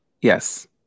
Yes